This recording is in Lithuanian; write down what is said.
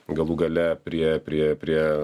galų gale prie prie prie